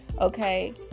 Okay